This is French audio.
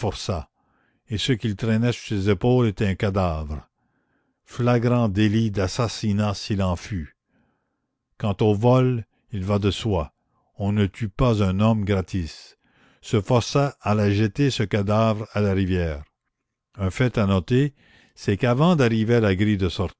et ce qu'il traînait sur ses épaules était un cadavre flagrant délit d'assassinat s'il en fut quant au vol il va de soi on ne tue pas un homme gratis ce forçat allait jeter ce cadavre à la rivière un fait à noter c'est qu'avant d'arriver à la grille de